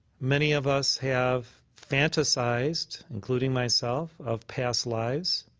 many of us have fantasized, including myself, of past lives,